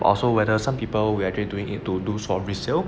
or so whether some people who doing this to for resell so